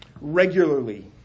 Regularly